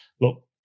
look